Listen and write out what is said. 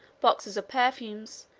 boxes of perfumes,